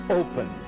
open